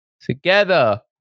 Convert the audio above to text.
together